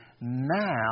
now